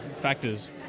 factors